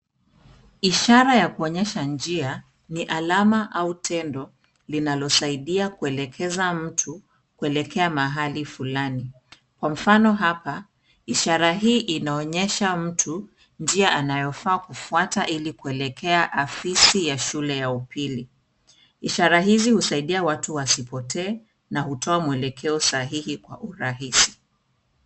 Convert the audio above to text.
Ishara ya kuonyesha njia ni alama au tendo linalosaidia kuelekeza mtu kuelekea mahali fulani. Kwa mfano hapa ishara hii inaonyesha mtu njia anayefaa kufuata ili kuelekea afisi ya shule ya upili. Ishara hii husaidia watu wasipotee na kutoa mwelekeo sahihi kwa urahisi.